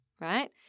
right